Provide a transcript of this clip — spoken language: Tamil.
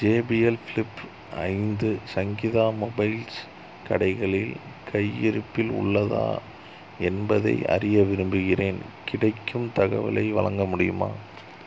ஜேபிஎல் ஃப்ளிப் ஐந்து சங்கீதா மொபைல்ஸ் கடைகளில் கையிருப்பில் உள்ளதா என்பதை அறிய விரும்புகிறேன் கிடைக்கும் தகவலை வழங்க முடியுமா